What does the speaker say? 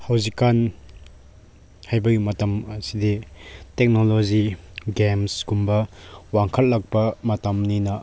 ꯍꯧꯖꯤꯛꯀꯥꯟ ꯍꯥꯏꯕꯒꯤ ꯃꯇꯝ ꯑꯁꯤꯗꯤ ꯇꯦꯛꯅꯣꯂꯣꯖꯤ ꯒꯦꯝꯁꯒꯨꯝꯕ ꯋꯥꯡꯈꯠꯂꯛꯄ ꯃꯇꯝꯅꯤꯅ